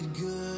Good